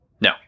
no